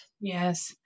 Yes